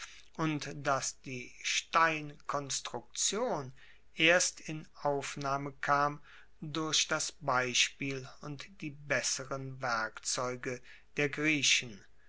und dass die steinkonstruktion erst in aufnahme kam durch das beispiel und die besseren werkzeuge der griechen